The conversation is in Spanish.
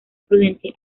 prudente